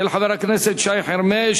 של חבר הכנסת שי חרמש.